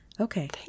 Okay